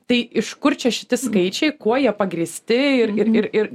tai iš kur čia šiti skaičiai kuo jie pagrįsti ir ir ir ir